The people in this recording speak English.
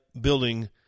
building